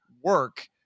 work